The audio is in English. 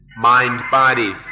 mind-body